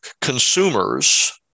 consumers